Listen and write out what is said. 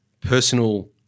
personal